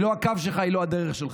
היא לא הקו שלך, היא לא הדרך שלך.